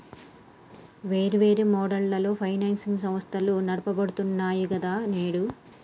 వేర్వేరు మోడళ్లలో ఫైనాన్స్ వ్యవస్థలు నడపబడుతున్నాయి గదా నేడు